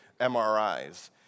MRIs